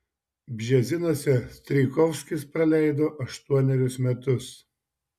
bžezinuose strijkovskis praleido aštuonerius metus